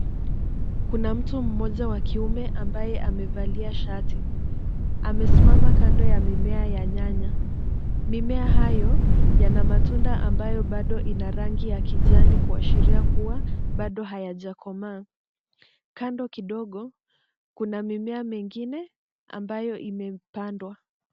Kuna mtu mmoja wa kiume ambaye amevalia shati. Amesimama kando ya mimea ya nyanya. Mimea hayo yana matunda ambayo bado ina rangi ya kijani kuashiria kuwa bado hayajakomaa. Kando kidogo kuna mimea mingine ambayo imepandwa.